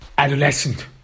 adolescent